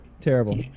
Terrible